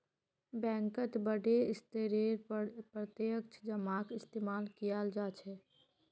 बैंकत बडे स्तरेर पर प्रत्यक्ष जमाक इस्तेमाल कियाल जा छे